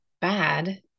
bad